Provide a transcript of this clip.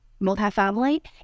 multifamily